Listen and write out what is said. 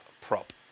prop